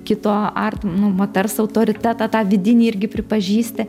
kito artim nu moters autoritetą tą vidinį irgi pripažįsti